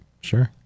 Sure